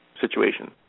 situation